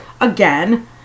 again